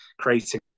creating